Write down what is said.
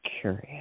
curious